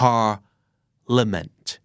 Parliament